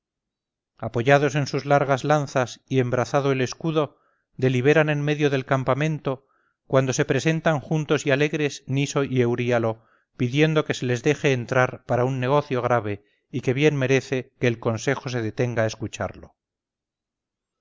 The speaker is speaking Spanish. apoyados en sus largas lanzas y embrazado el escudo deliberan en medio del campamento cuando se presentan juntos y alegres niso y euríalo pidiendo que se les deje entrar para un negocio grave y que bien merece que el consejo se detenga a escucharlo